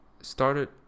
started